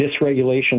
dysregulation